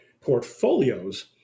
portfolios